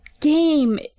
game